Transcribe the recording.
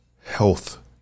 health